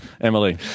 Emily